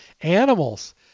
animals